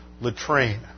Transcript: latrine